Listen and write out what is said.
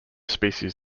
species